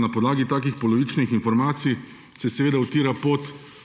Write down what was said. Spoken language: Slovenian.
Na podlagi takih polovičnih informacij se seveda vtira pot